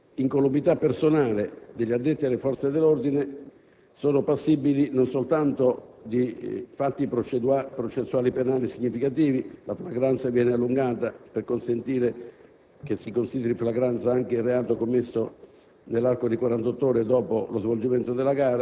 coloro i quali attentano alla incolumità personale degli addetti alle forze dell'ordine sono passibili non soltanto di fatti processuali penali significativi (la flagranza viene allungata per consentire che si consideri flagranza anche il reato commesso